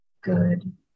good